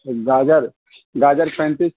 گاجر گاجر پینتیس